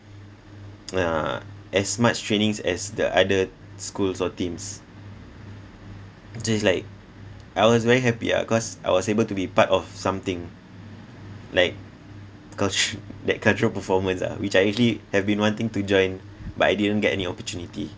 uh as much trainings as the other schools or teams just like I was very happy ah cause I was able to be part of something like cul~ that cultural performance ah which I actually have been wanting to join but I didn't get any opportunity